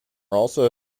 also